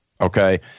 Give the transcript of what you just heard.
okay